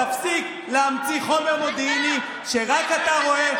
תפסיק להמציא חומר מודיעיני שרק אתה רואה,